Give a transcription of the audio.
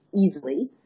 easily